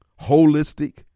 holistic